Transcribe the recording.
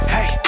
Hey